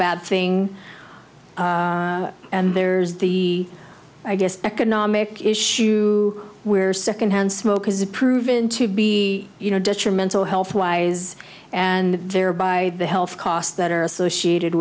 bad thing and there's the i guess economic issue where secondhand smoke is a proven to be you know detrimental health wise and thereby the health costs that are associated